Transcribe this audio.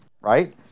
right